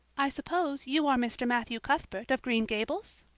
i suppose you are mr. matthew cuthbert of green gables?